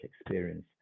experience